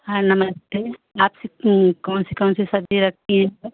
हाँ नमस्ते आप कौनसी कौनसी सब्ज़ी रखती हैं